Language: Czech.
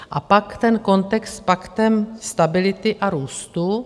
A pak ten kontext s Paktem stability a růstu.